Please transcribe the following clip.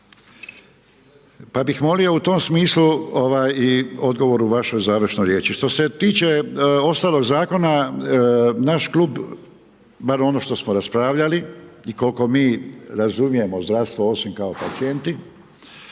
Pa bih molio u tom smislu i odgovor u vašoj završnoj riječi. Što se tiče ostalog zakona, naš klub, bar ono što smo raspravljali, i koliko mi razumijemo zdravstvo osim kao pacijenti,